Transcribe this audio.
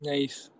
Nice